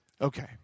Okay